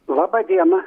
laba diena